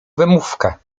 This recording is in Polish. wymówka